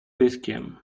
pyskiem